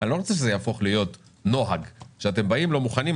אני לא רוצה שזה יהפוך להיות נוהג אתם באים לא מוכנים,